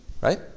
right